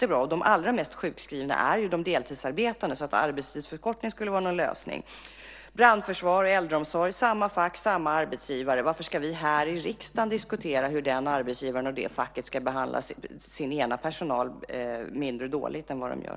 De deltidsarbetande är ju allra mest sjukskrivna, och därför är inte arbetstidförkortning någon lösning. De anställda i brandförsvaret och äldreomsorgen tillhör samma fack och har samma arbetsgivare. Varför ska vi här i riksdagen diskutera hur den arbetsgivaren och det facket ska behandla den ena gruppen anställda mindre dåligt än vad de gör?